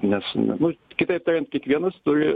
nes ne nu kitaip tariant kiekvienas turi